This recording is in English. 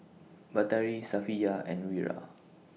Batari Safiya and Wira